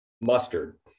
Mustard